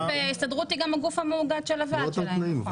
ההסתדרות היא גם הגוף המאוגד של הוועד שלהם.